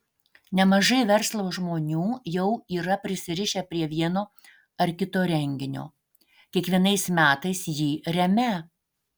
nemažai verslo žmonių jau yra prisirišę prie vieno ar kito renginio kiekvienais metais jį remią